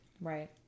right